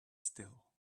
still